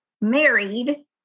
married